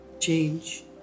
Change